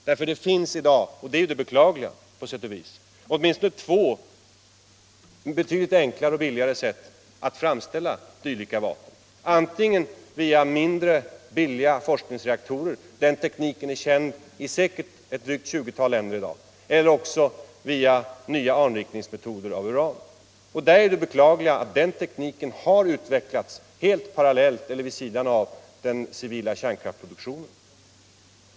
Det finns nämligen i dag — och det är på sätt och vis det beklagliga — åtminstone två betydligt enklare och billigare sätt att framställa dylika vapen: antingen via små, billiga forskningsreaktorer — den tekniken är känd i säkert ett drygt 20-tal länder i dag —- eller också via nya anrikningsmetoder för uran. Den tekniken har ju, beklagligtvis, utvecklats helt parallellt och vid sidan av den civila kärnkraftsproduktionen.